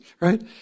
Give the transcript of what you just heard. right